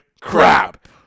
Crap